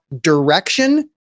direction